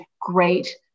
great